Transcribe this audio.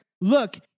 look